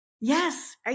Yes